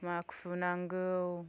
माखु नांगौ